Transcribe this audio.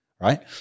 Right